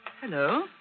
Hello